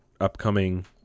upcoming